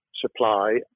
supply